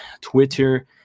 Twitter